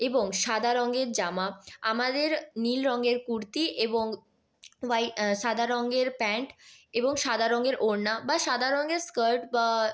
এবং সাদা রঙের জামা আমাদের নীল রঙের কুর্তি এবং হোয়াইট সাদা রঙের প্যান্ট এবং সাদা রঙের ওড়না বা সাদা রঙের স্কার্ট বা